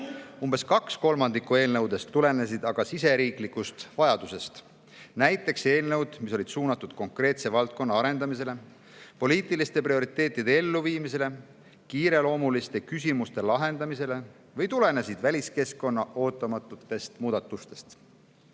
Umbes kaks kolmandikku eelnõudest tulenesid aga riigisisesest vajadusest. Näiteks eelnõud, mis olid suunatud konkreetse valdkonna arendamisele, poliitiliste prioriteetide elluviimisele, kiireloomuliste küsimuste lahendamisele või tulenesid väliskeskkonna ootamatutest muutustest.